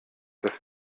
das